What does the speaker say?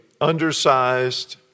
undersized